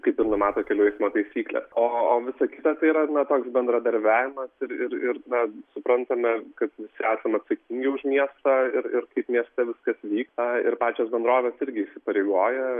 kaip ir numato kelių eismo taisyklės o o visa kita yra na toks bendradarbiavimas ir ir ir na suprantame kad visi esame atsakingi už miestą ir ir kaip mieste viskas vyksta ir pačios bendrovės irgi įsipareigoja